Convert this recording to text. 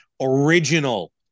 original